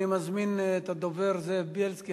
אני מזמין את הדובר זאב בילסקי.